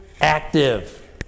active